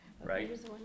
Right